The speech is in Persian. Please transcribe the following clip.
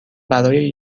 برای